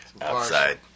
outside